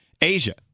Asia